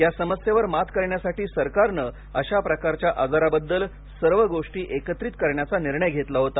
या समस्येवर मात करण्यासाठी सरकारने अशा प्रकारच्या आजाराबद्दल सर्व गोष्टी एकत्रित करण्याचा निर्णय घेतला होता